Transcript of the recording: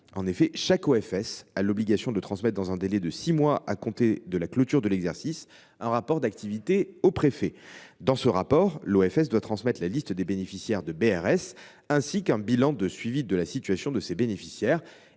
En effet, chaque OFS a l’obligation de transmettre, dans un délai de six mois à compter de la clôture de l’exercice, un rapport d’activité au préfet. Dans ce rapport, l’OFS doit transmettre la liste des bénéficiaires de baux réels solidaires, ainsi qu’un bilan du suivi de la situation de ces bénéficiaires